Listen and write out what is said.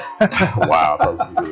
wow